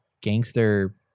gangster